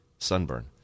Sunburn